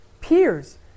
peers